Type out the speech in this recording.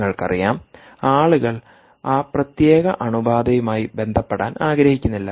നിങ്ങൾക്കറിയാം ആളുകൾ ആ പ്രത്യേക അണുബാധയുമായി ബന്ധപ്പെടാൻ ആഗ്രഹിക്കുന്നില്ല